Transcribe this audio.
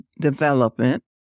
development